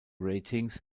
ratings